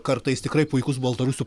kartais tikrai puikus baltarusų